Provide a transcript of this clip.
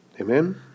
Amen